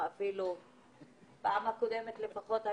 מבחינת משפחות,